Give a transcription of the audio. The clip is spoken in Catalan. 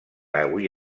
avui